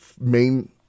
main